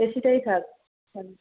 এসিটাই থাক